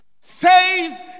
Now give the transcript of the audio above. Says